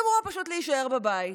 שהיא אמורה פשוט להישאר בבית.